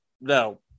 No